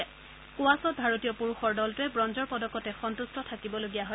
স্কোৱাছত ভাৰতীয় পুৰুষৰ দলটোৱে ব্ৰঞ্জৰ পদকতে সন্তুষ্ট থাকিবলগীয়া হয়